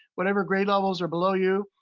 whatever grade levels are below you.